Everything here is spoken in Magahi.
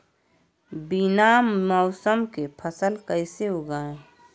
बिना मौसम के फसल कैसे उगाएं?